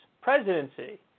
presidency